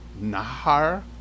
nahar